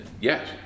yes